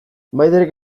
maiderrek